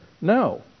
No